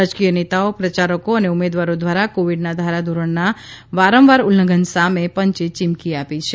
રાજકીય નેતાઓ પ્રચારકો અને ઉમેદવારો દ્વારા કોવીડનાં ધોરણોના વારંવાર ઉલ્લંઘન સામે પંચે ચીમકી આપી છે